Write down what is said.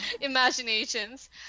imaginations